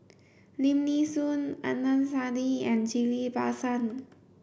Lim Nee Soon Adnan Saidi and Ghillie Basan